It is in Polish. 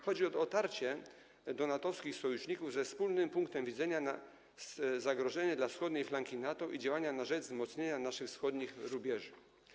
Chodzi o dotarcie do NATO-wskich sojuszników ze wspólnym punktem widzenia na zagrożenie dla wschodniej flanki NATO i działania na rzecz wzmocnienia naszych wschodnich rubieży.